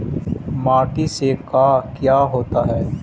माटी से का क्या होता है?